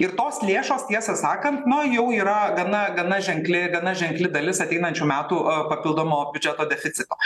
ir tos lėšos tiesą sakant nu jau yra gana gana ženkli gana ženkli dalis ateinančių metų papildomo biudžeto deficito